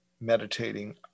meditating